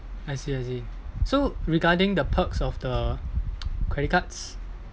I see I see so regarding the perks of the credit cards